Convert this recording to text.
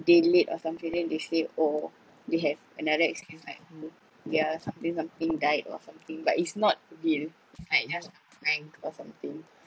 if they late or something then they say oh they have another excuse like their something something died or something but it's not real it's like just a prank or something